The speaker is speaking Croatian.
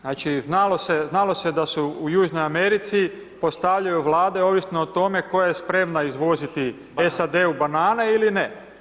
Znači znalo se da se u južnoj Americi postavljaju Vlade ovisno o tome koja je spremna izvoziti SAD-u banane ili ne.